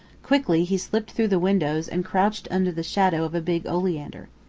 quickly he slipped through the windows and crouched under the shadow of a big oleander.